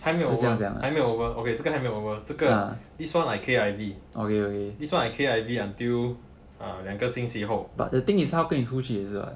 还没有 over 还没有 over okay 这个还没有 over this one I K_I_V this one I K_I_V until uh 两个星期后